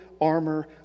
armor